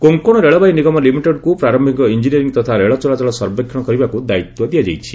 Konkan railway ନିଗମ ଲିମିଟେଡ୍କୁ ପ୍ରାରମ୍ଭିକ ଇଞ୍ଜିନିୟରିଙ୍ଗ୍ ତଥା ରେଳ ଚଳାଚଳ ସର୍ବେକ୍ଷଣ କରିବାକୁ ଦାୟିତ୍ୱ ଦିଆଯାଇଛି